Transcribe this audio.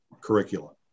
curriculum